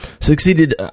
succeeded